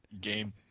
Game